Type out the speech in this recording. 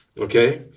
Okay